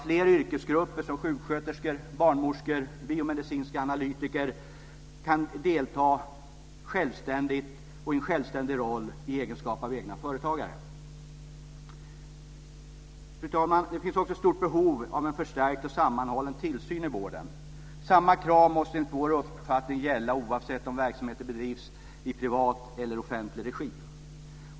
Fler yrkesgrupper, som sjuksköterskor, barnmorskor och biomedicinska analytiker, ska kunna delta i en självständig roll i egenskap av egna företagare. Fru talman! Det finns också stort behov av en förstärkt och sammanhållen tillsyn i vården. Samma krav måste enligt vår uppfattning gälla oavsett om verksamheten bedrivs i privat eller offentlig regi.